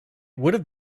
would